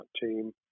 team